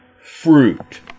fruit